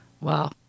Wow